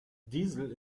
diesel